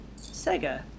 sega